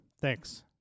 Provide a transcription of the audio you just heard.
Thanks